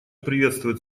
приветствует